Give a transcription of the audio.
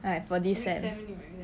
like for this sem